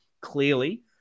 clearly